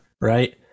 Right